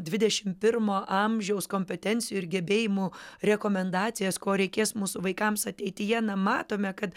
dvidešimt pirmo amžiaus kompetencijų ir gebėjimų rekomendacijas ko reikės mūsų vaikams ateityje na matome kad